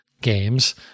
games